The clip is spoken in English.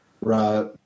Right